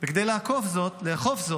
בכדי לאכוף זאת